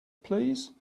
please